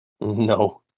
No